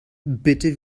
bitte